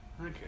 Okay